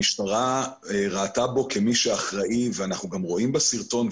המשטרה ראתה בו כמי שאחראי ואנחנו גם רואים בסרטון,